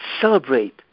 celebrate